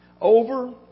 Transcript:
Over